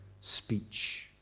speech